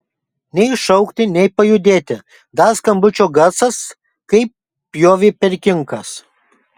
nei šaukti nei pajudėti dar skambučio garsas kaip pjovė per kinkas